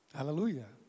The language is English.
Hallelujah